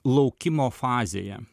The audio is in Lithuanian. laukimo fazėje